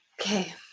Okay